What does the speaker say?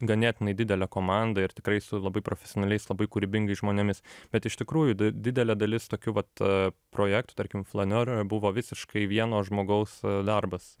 ganėtinai didele komanda ir tikrai su labai profesionaliais labai kūrybingais žmonėmis bet iš tikrųjų didelė dalis tokių vat projektų tarkim flaneur buvo visiškai vieno žmogaus darbas